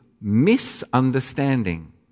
misunderstanding